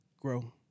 Grow